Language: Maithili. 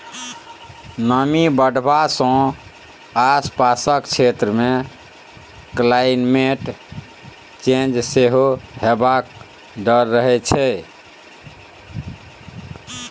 नमी बढ़ला सँ आसपासक क्षेत्र मे क्लाइमेट चेंज सेहो हेबाक डर रहै छै